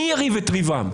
מי יריב את ריבם?